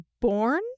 born